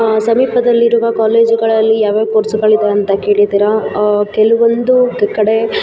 ಸಮೀಪದಲ್ಲಿರುವ ಕಾಲೇಜುಗಳಲ್ಲಿ ಯಾವ್ಯಾವ ಕೋರ್ಸುಗಳಿದೆ ಅಂತ ಕೇಳಿದ್ದೀರಾ ಕೆಲವೊಂದು ಕಡೆ